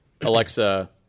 Alexa